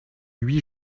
huit